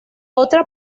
otra